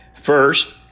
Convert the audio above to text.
First